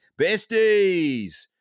besties